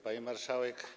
Pani Marszałek!